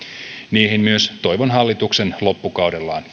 niihin myös toivon hallituksen loppukaudellaan